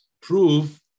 prove